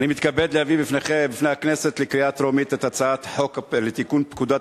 אני מתכבד להביא בפני הכנסת לקריאה טרומית את הצעת חוק לתיקון פקודת